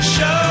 Show